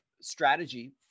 strategy